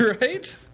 Right